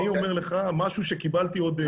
אני אומר לך משהו שקיבלתי עוד מיורשים.